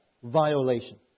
Violation